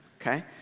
okay